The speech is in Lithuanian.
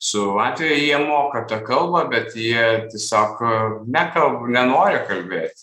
su latvija jie moka tą kalbą bet jie tiesiog nekalb nenori kalbėt